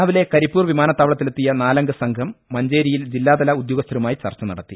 രാവിലെ കരിപ്പൂർ വിമാനത്താവ ളത്തിലെത്തിയ നാലംഗ സംഘം മഞ്ചേരിയിൽ ജില്ലാതല ഉദ്യോ ഗസ്ഥരുമായി ചർച്ച നടത്തി